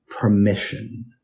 permission